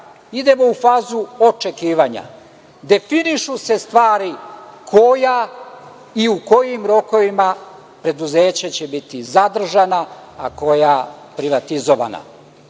idemo u fazu očekivanja. Definišu se stvari, koja i u kojim rokovima preduzeća će biti zadržana, a koja privatizovana.